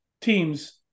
teams